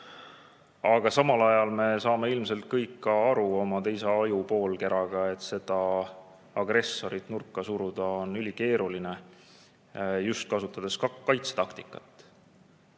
Aga samal ajal me kõik saame ilmselt oma teise ajupoolkeraga aru, et seda agressorit nurka suruda on ülikeeruline, just kasutades kaitsetaktikat.